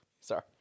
Sorry